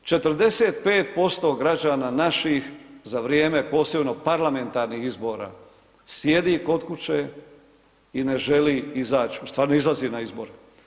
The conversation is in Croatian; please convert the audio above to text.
45% građana napih za vrijeme posebno parlamentarnih izbora, sjedi kod kuće i ne želi izaći ustvari ne izlazi na izbore.